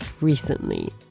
recently